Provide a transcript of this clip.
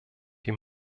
die